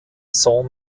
saint